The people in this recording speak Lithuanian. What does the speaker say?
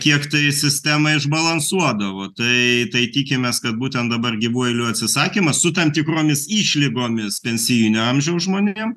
kiek tai sistemą išbalansuodavo tai tai tikimės kad būtent dabar gyvų eilių atsisakymas su tam tikromis išlygomis pensijinio amžiaus žmonėm